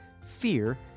fear